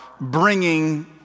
bringing